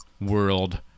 World